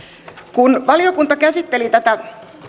kun valiokunta käsitteli tätä